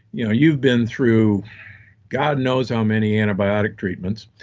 you know you've been through god knows how many antibiotic treatments,